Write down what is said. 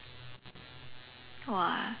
!wah!